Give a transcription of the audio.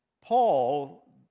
Paul